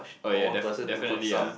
oh yeah def~ definitely ah